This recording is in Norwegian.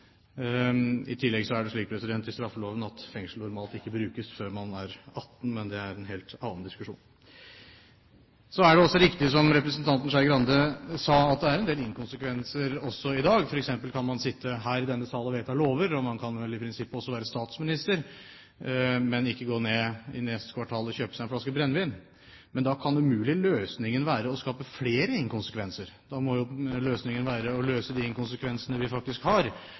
I tillegg er det slik i straffeloven at fengsel normalt ikke brukes før man er 18, men det er en helt annen diskusjon. Så er det også riktig, som representanten Skei Grande sa, at det er en del inkonsekvenser også i dag, f.eks. kan man sitte her i denne sal og vedta lover, og man kan vel i prinsippet også være statsminister, men ikke gå ned til neste kvartal og kjøpe seg en flaske brennevin. Men da kan umulig løsningen være å skape flere inkonsekvenser. Da må jo løsningen være å løse de inkonsekvensene vi faktisk har,